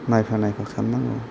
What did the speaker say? नायफा नायफा खालामनांगौ